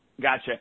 Gotcha